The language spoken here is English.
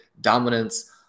dominance